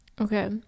okay